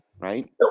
Right